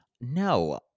No